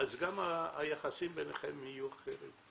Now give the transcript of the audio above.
גם היחסים ביניכם יהיו אחרים.